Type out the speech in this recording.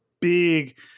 big